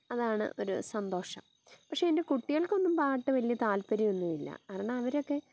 അതാണ് ഒരു സന്തോഷം പക്ഷേ എൻ്റെ കുട്ടികൾക്കൊന്നും പാട്ട് വലിയ താൽപര്യം ഒന്നുമില്ല കാരണം അവരൊക്കെ